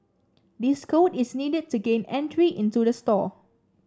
this code is needed to gain entry into the store